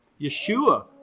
yeshua